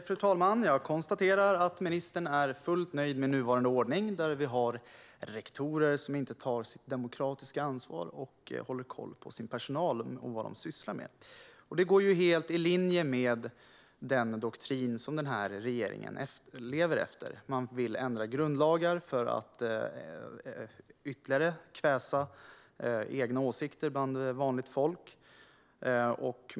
Fru talman! Jag konstaterar att ministern är fullt nöjd med nuvarande ordning med rektorer som inte tar sitt demokratiska ansvar och som inte håller koll på sin personal och vad den sysslar med. Det går ju helt i linje med den doktrin som den här regeringen lever efter. Man vill ändra grundlagar för att ytterligare kväsa egna åsikter bland vanligt folk.